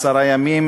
עשרה ימים,